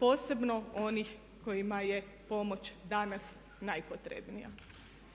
posebno onih kojima je pomoć danas najpotrebnija.